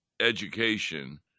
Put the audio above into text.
education